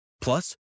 Plus